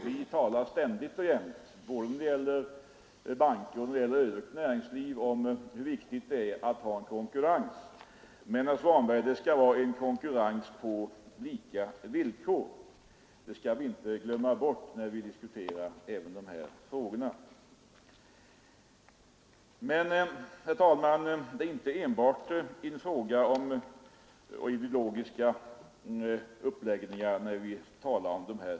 Vi talar ständigt och jämt om hur viktigt det är att ha konkurrens, när det gäller både banker och övrigt näringsliv. Men, herr Svanberg, det skall vara en konkurrens på lika villkor! Den saken skall vi inte glömma, när vi diskuterar dessa frågor. Den debatt som vi här för gäller inte bara ideologiska värderingar.